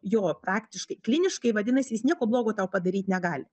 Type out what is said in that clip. jo praktiškai kliniškai vadinasi jis nieko blogo tau padaryt negali